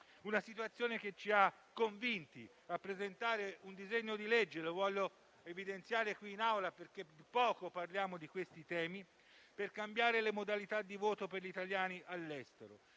situazione ci ha convinti a presentare un disegno di legge - lo voglio evidenziare in Aula, perché poco parliamo di questi temi - per cambiare le modalità di voto per gli italiani all'estero.